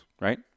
right